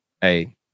Hey